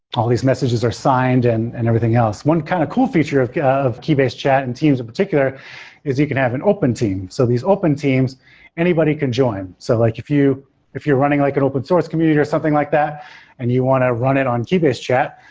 all these messages are signed and and everything else. one kind of cool feature of ah of keybase chat and teams in particular is you can have an open team, so these open teams anybody can join. so like if you're running like an open source community or something like that and you want to run it on keybase chat,